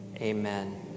Amen